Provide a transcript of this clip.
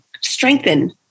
strengthen